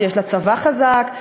שיש לה צבא חזק,